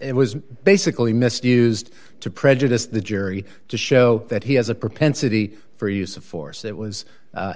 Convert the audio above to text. it was basically misused to prejudice the jury to show that he has a propensity for use of force it was